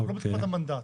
אנחנו לא בתקופת המנדט.